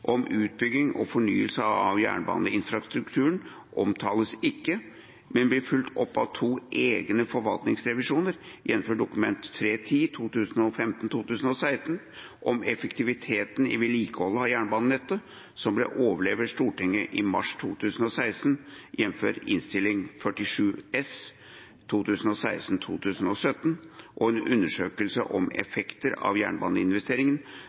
om utbygging og fornyelse av jernbaneinfrastrukturen, omtales ikke, men blir fulgt opp av to egne forvaltningsrevisjoner, jf. Dokument 3:10 for 2015–2016, om effektiviteten i vedlikeholdet av jernbanenettet, som ble overlevert Stortinget i mars 2016, jf. Innst. 47 S for 2016–2017 og en undersøkelse om effekter av